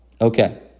okay